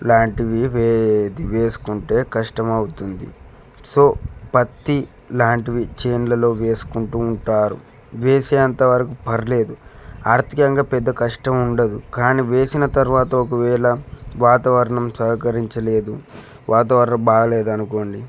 ఇలాంటివి వేసుకుంటే కష్టం అవుతుంది సో పత్తి లాంటివి చేనులలో వేసుకుంటు ఉంటారు వేసేంత వరకు పర్లేదు ఆర్థికంగా పెద్ద కష్టం ఉండదు కానీ వేసిన తర్వాత ఒకవేళ వాతావరణం సహకరించలేదు వాతావరణం బాలేదు అనుకోండి